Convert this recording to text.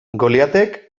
goliatek